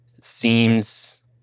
seems